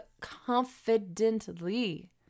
confidently